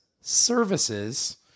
services